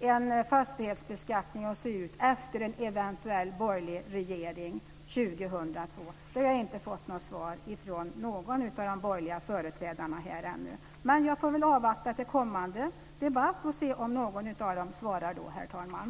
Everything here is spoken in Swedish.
en fastighetsbeskattning att se ut efter ett eventuellt borgerligt regeringsskifte 2002? Detta har jag ännu inte fått något svar på av någon av de borgerliga företrädarna här. Men jag får väl avvakta till kommande debatt och se om någon av dem svarar då, herr talman.